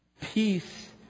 peace